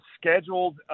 scheduled